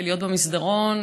להיות במסדרון,